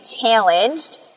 challenged